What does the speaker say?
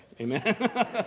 Amen